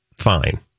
fine